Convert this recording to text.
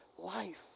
Life